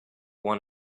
one